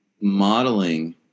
modeling